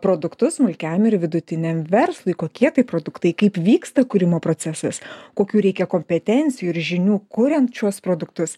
produktus smulkiajam ir vidutiniam verslui kokie tai produktai kaip vyksta kūrimo procesas kokių reikia kompetencijų ir žinių kuriant šiuos produktus